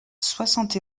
soixante